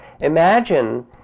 imagine